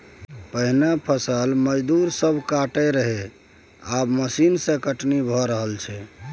पहिने फसल मजदूर सब काटय रहय आब मशीन सँ कटनी भए रहल छै